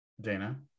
Dana